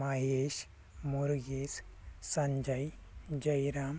Mahesh Murgesh Sanjay Jairam